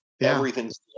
Everything's